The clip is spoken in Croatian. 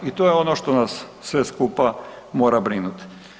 I to je ono što nas sve skupa mora brinuti.